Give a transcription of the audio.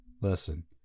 listen